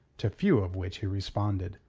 to few of which he responded.